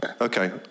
Okay